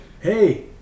Hey